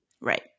Right